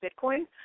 Bitcoin